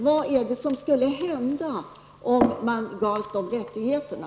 Vad skulle hända om man gavs de rättigheterna?